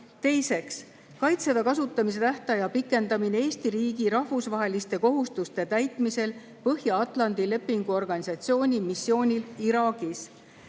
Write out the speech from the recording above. Teiseks, "Kaitseväe kasutamise tähtaja pikendamine Eesti riigi rahvusvaheliste kohustuste täitmisel Põhja-Atlandi Lepingu Organisatsiooni missioonil Iraagis".